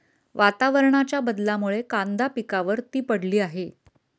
वातावरणाच्या बदलामुळे कांदा पिकावर ती पडली आहे